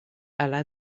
hala